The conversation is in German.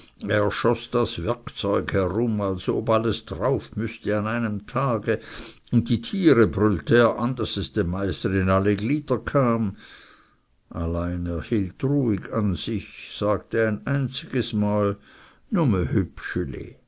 das werkzeug herum als ob alles drauf müßte an einem tage und die tiere brüllte er an daß es dem meister in alle glieder kam allein er hielt ruhig an sich sagte ein einziges mal